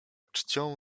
czcią